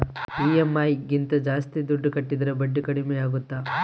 EMI ಗಿಂತ ಜಾಸ್ತಿ ದುಡ್ಡು ಕಟ್ಟಿದರೆ ಬಡ್ಡಿ ಕಡಿಮೆ ಆಗುತ್ತಾ?